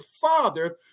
father